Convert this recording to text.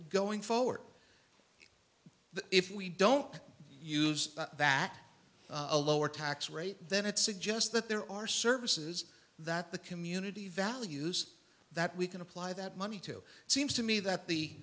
going forward that if we don't use that a lower tax rate then it suggests that there are services that the community values that we can apply that money to seems to me that the